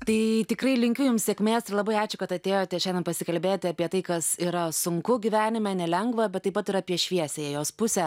tai tikrai linkiu jums sėkmės ir labai ačiū kad atėjote šiandien pasikalbėti apie tai kas yra sunku gyvenime nelengva bet taip pat ir apie šviesiąją jos pusę